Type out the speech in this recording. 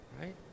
Right